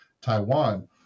Taiwan